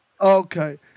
Okay